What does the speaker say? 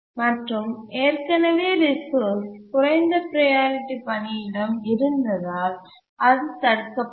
மற்றும் ஏற்கனவே ரிசோர்ஸ் குறைந்த ப்ரையாரிட்டி பணியிடம் இருந்ததால் அது தடுக்கப்பட்டது